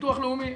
ביטוח לאומי,